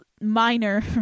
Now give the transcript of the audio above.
minor